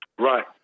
Right